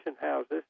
houses